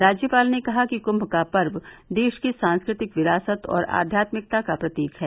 राज्यपाल ने कहा कि कुंभ का पर्व देश की सांस्कृतिक विरासत और आध्यात्मिकता का प्रतीक है